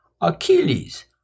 Achilles